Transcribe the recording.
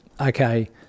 okay